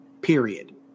period